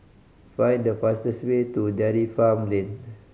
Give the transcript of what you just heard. find the fastest way to Dairy Farm Lane